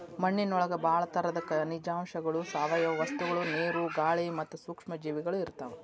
ಮಣ್ಣಿನೊಳಗ ಬಾಳ ತರದ ಖನಿಜಾಂಶಗಳು, ಸಾವಯವ ವಸ್ತುಗಳು, ನೇರು, ಗಾಳಿ ಮತ್ತ ಸೂಕ್ಷ್ಮ ಜೇವಿಗಳು ಇರ್ತಾವ